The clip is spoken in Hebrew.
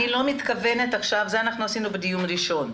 את זה עשינו בדיון הראשון,